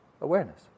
Awareness